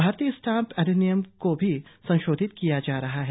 भारतीय स्टैम्प अधिनियम को भी संशोधित किया जा रहा है